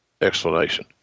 explanation